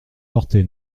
portée